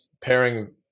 pairing